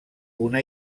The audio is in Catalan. una